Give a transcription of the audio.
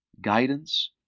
guidance